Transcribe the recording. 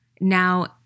Now